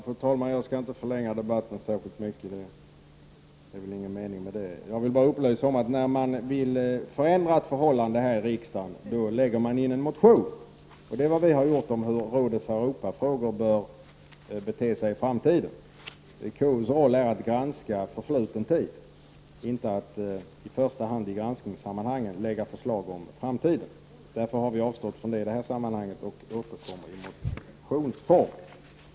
Fru talman! Jag skall inte förlänga debatten särskilt mycket mer, det är väl ingen mening med det. Jag vill bara upplysa om att när man vill förändra ett förhållande här i riksdagen, väcker man en motion. Det är vad vi har gjort i fråga om hur rådet för Europafrågor bör bete sig i framtiden. KUs roll är att granska förfluten tid, inte att i första hand i samband med sin granskning lägga fram förslag om framtiden. Vi har därför avstått från detta i detta sammanhang och återkommer till frågan i motionsform.